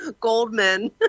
Goldman